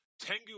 Tengu